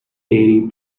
diary